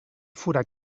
forat